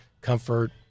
Comfort